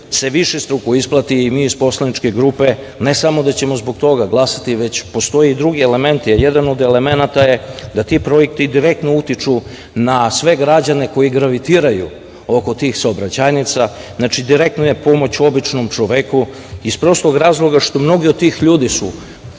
se višestruko isplati i mi iz poslaničkog kluba ne samo da ćemo zbog toga glasati, već postoje drugi elementi. Jedan od elemenata je da ti projekti direktno utiču na sve građane koji gravitiraju oko tih saobraćajnica, direktna pomoć običnom čoveku iz prostog razloga što mnogi od tih ljudi su